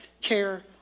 care